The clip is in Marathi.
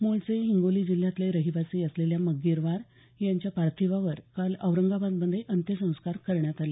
मूळचे हिंगोली जिल्ह्यातले रहिवाशी असलेल्या मग्गीरवार यांच्या पार्थिवावर काल औरंगाबादमध्ये अंत्यसंस्कार करण्यात आले